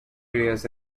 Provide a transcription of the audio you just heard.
areas